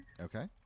Okay